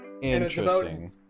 Interesting